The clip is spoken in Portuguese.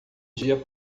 dia